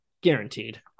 guaranteed